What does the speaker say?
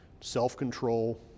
self-control